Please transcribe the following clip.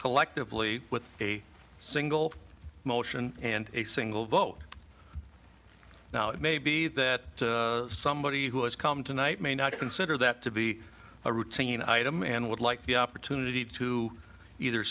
collectively with a single motion and a single vote now it may be that somebody who has come tonight may not consider that to be a routine item and would like the opportunity to either